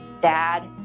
dad